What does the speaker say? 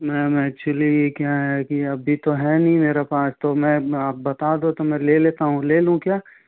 ma'am actually यह क्या है कि अभी तो है नहीं मेरे पास तो मैम आप बता दो तो मैं ले लेता हूँ ले लूँ क्या